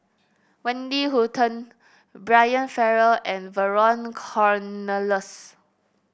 Wendy Hutton Brian Farrell and Vernon Cornelius